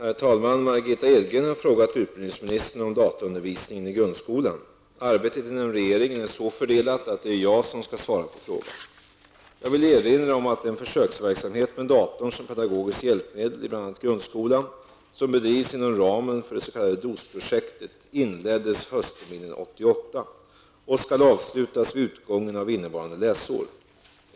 Herr talman! Margitta Edgren har frågat utbildningsministern om dataundervisningen i grundskolan. Arbetet inom regeringen är så fördelat att det är jag som skall svara på frågan. Jag vill erinra om att den försöksverksamhet med datorn som pedagogiskt hjälpmedel i bl.a. DOS-projektet, inleddes höstterminen 1988 och skall avslutas vid utgången av innevarande läsår.